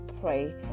pray